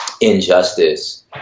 injustice